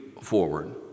forward